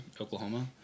Oklahoma